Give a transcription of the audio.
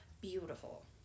beautiful